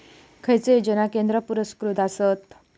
खैचे योजना केंद्र पुरस्कृत आसत?